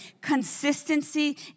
Consistency